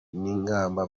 n’ingamba